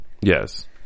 Yes